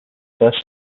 first